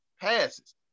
passes